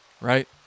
right